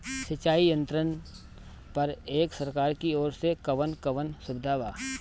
सिंचाई यंत्रन पर एक सरकार की ओर से कवन कवन सुविधा बा?